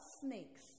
snakes